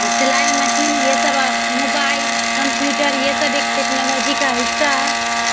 سلائی مشین یہ سب موبائل کمپیوٹر یہ سب ایک ٹیکنالوجی کا حصہ ہے